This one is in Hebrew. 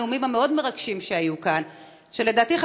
הנאומים המאוד-מרגשים שהיו כאן שלדעתי,